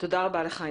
תודה רבה לך.